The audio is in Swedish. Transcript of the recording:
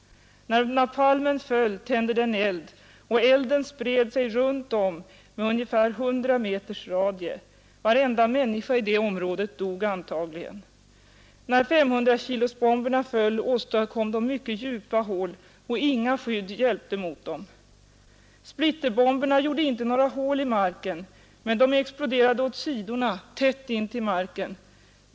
När napalmen föll tände den eld, och elden spred sig runt om, med ungefär hundra meters radie. Varenda människa i det området dog antagligen. När 500-kilosbomberna föll åstadkom de mycket djupa hål, och inga skydd hjälpte mot dem. Splitterbomberna gjorde inte några hål i marken. Men de exploderade åt sidorna, tätt intill marken.